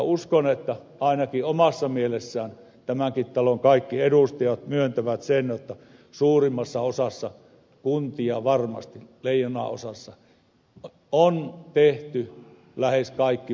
uskon että ainakin omassa mielessään tämänkin talon kaikki edustajat myöntävät sen että suurimmassa osassa kuntia varmasti leijonanosassa on tehty lähes kaikki voitava